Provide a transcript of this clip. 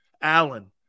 Allen